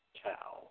cow